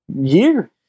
year